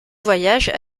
voyages